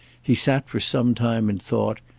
he sat for some time in thought,